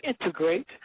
integrate